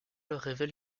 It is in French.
révèle